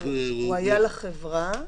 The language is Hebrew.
הוא היה בחברה,